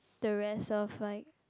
the rest of like